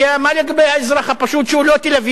מה לגבי האזרח הפשוט שהוא לא תל-אביבי,